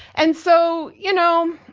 and so, you know,